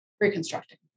reconstructing